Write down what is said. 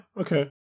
Okay